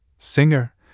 Singer